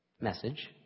message